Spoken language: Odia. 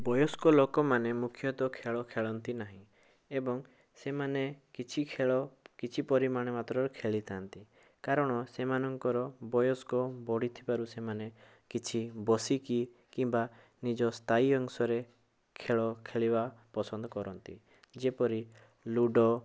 ବୟସ୍କ ଲୋକମାନେ ମୁଖ୍ୟତଃ ଖେଳ ଖେଳନ୍ତି ନାହିଁ ଏବଂ ସେମାନେ କିଛି ଖେଳ କିଛି ପରିମାଣ ମାତ୍ରାରେ ଖେଳିଥାନ୍ତି କାରଣ ସେମାନଙ୍କର ବୟସ୍କ ବଢ଼ିଥିବାରୁ ସେମାନେ କିଛି ବସିକି କିମ୍ବା ନିଜ ସ୍ଥାୟୀ ଅଂଶରେ ଖେଳ ଖେଳିବା ପସନ୍ଦ କରନ୍ତି ଯେପରି ଲୁଡ଼ୋ